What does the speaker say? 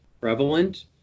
prevalent